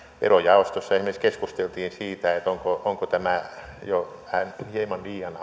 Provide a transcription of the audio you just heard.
verojaostossa esimerkiksi keskusteltiin siitä onko tämä ansiotulon korkea verotus jo hieman liian